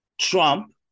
Trump